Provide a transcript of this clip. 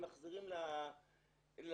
הם מחזירים לנכה,